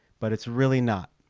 but it's really not